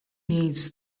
needs